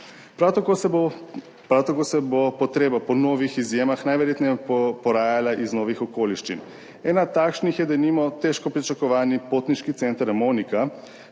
Prav tako se bo potreba po novih izjemah najverjetneje porajala iz novih okoliščin. Ena takšnih je denimo težko pričakovani potniški center Emonika.